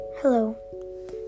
hello